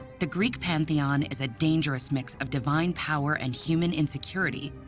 the greek pantheon is a dangerous mix of divine power and human insecurity,